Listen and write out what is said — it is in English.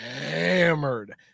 hammered